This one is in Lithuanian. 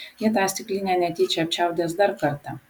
jis tą stiklinę netyčia apčiaudės dar kartą